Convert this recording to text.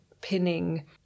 pinning